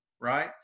right